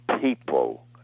people